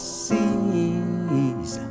seas